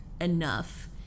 enough